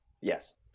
Yes